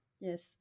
yes